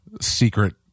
secret